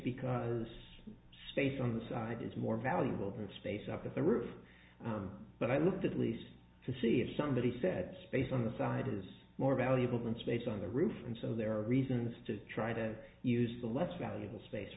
because space on the side is more valuable than space up the roof but i looked at least to see if somebody said space on the side is more valuable than space on the roof and so there are reasons to try to use the less valuable space